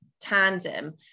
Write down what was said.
Tandem